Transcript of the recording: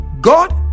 God